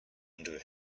under